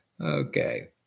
Okay